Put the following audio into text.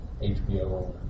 HBO